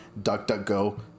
DuckDuckGo